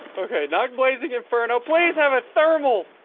okay, not blazing inferno. please have a thermal,